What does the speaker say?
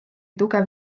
tugev